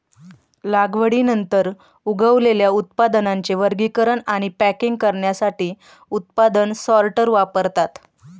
लागवडीनंतर उगवलेल्या उत्पादनांचे वर्गीकरण आणि पॅकिंग करण्यासाठी उत्पादन सॉर्टर वापरतात